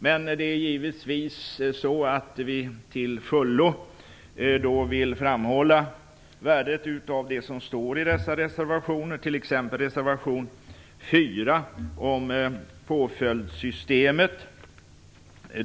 Men vi vill givetvis till fullo framhålla värdet av innehållet i dessa reservationer, t.ex. reservation nr 4 om påföljdssystemet.